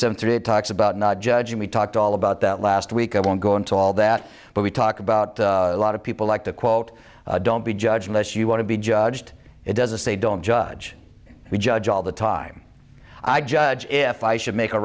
seven three it talks about not judging we talked all about that last week i won't go into all that but we talk about a lot of people like to quote don't be judge less you want to be judged it doesn't say don't judge me judge all the time i judge if i should make a